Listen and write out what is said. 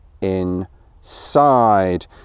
inside